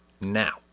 now